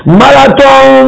marathon